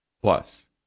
Plus